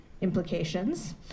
Implications